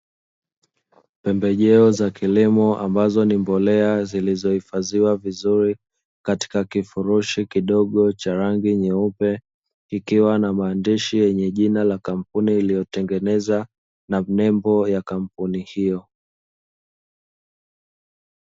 Pembejeo za kilimo, ambazo ni mbolea zilizohifadhiwa vizuri katika kifurushi kidogo cha rangi nyeupe, kikiwa na maandishi yenye jina la kampuni iliyotengeneza na nembo ya kampuni hiyo.